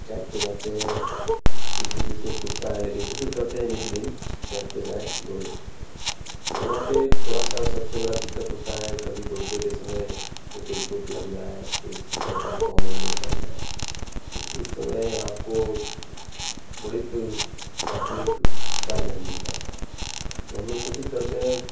track पे जाते हैं कुछ दिन बीच में छूटता है लेकिन कोशिश करते हैं नित दिन ट्रैक पे जाएँ दौड़ें तो वहाँ पे एक थोड़ा सा सबसे बड़ा दिक़्क़त होता है कभी दौड़ते के समय तो कोई चोट लग जाए कोई किसी तरह का पांव में मोच आ जाए तो उस समय आपको प्राथमिक उपचार नहीं मिल पाता है तो हम लोग कोशिश करते हैं